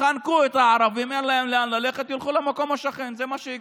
שאין להם את השעות הנוספות האלה, עכשיו יש איזשהו,